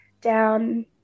down